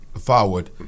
forward